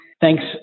Thanks